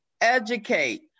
educate